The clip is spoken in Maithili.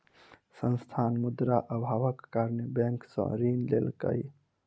संस्थान, मुद्रा अभावक कारणेँ बैंक सॅ ऋण लेलकै